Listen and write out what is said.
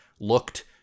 looked